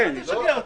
מבטיחים לי צילום.